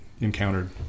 encountered